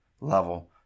level